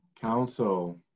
council